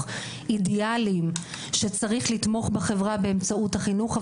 אידיאלים שצריך לתמוך בחברה באמצעות החינוך,